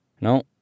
No